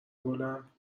گلم